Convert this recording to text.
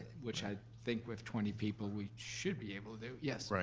which i think with twenty people, we should be able to do. yes.